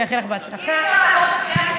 גברתי השרה,